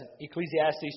Ecclesiastes